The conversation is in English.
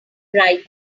bright